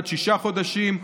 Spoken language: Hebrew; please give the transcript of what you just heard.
עד שישה חודשים,